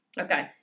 Okay